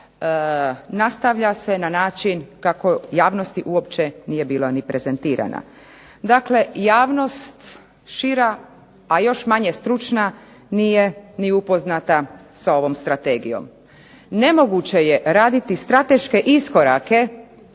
nastavlja se na način kako javnosti uopće nije bilo ni prezentirana. Dakle, javnost šira, a još manje stručna nije ni upoznata s ovom strategijom. Nemoguće je raditi strateške iskorake